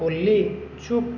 ଅଲ୍ଲୀ ଚୁପ୍